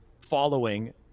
following –